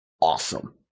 awesome